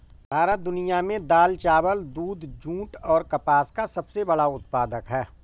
भारत दुनिया में दाल, चावल, दूध, जूट और कपास का सबसे बड़ा उत्पादक है